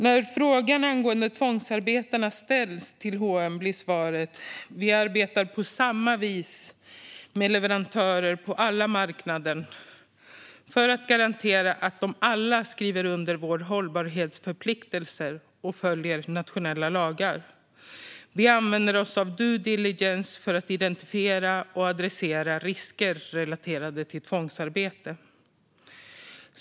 När frågan om tvångsarbete ställs till H & M blir svaret: Vi arbetar på samma vis med leverantörer på alla marknader för att garantera att de alla skriver under våra hållbarhetsförpliktelser och följer nationella lagar. Vi använder oss av due diligence för att identifiera och adressera risker relaterade till tvångsarbete.